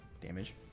damage